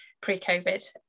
pre-COVID